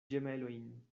ĝemelojn